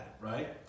right